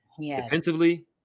defensively